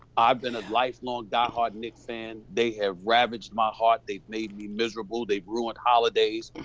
i've been a lifelong, die hard knicks fan, they have ravished my heart, they've made me miserable, they've ruined holidays,